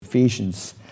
Ephesians